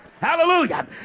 Hallelujah